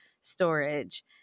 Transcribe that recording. storage